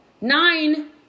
Nine